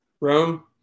Rome